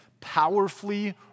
powerfully